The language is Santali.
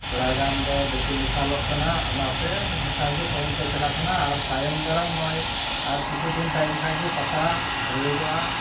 ᱛᱷᱚᱲᱟ ᱜᱟᱱ ᱫᱚ ᱫᱤᱠᱩ ᱢᱮᱥᱟᱞᱚᱜ ᱠᱟᱱᱟ ᱚᱱᱟᱛᱮ ᱚᱠᱟᱜᱮ ᱯᱚᱨᱚᱵᱽ ᱫᱚ ᱪᱟᱞᱟᱜ ᱠᱟᱱᱟ ᱟᱨ ᱛᱟᱭᱚᱢ ᱫᱟᱨᱟᱢ ᱱᱚᱜᱼᱚᱭ ᱟᱨ ᱠᱤᱪᱷᱩ ᱫᱤᱱ ᱛᱟᱭᱚᱢ ᱠᱷᱟᱡᱜᱮ ᱯᱟᱛᱟ ᱦᱩᱭᱩᱜᱚᱜᱼᱟ